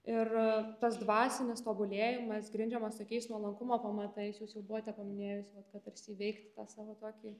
ir tas dvasinis tobulėjimas grindžiamas tokiais nuolankumo pamatais jūs jau buvote paminėjusi vat kad tarsi įveikt tą savo tokį